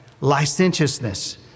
licentiousness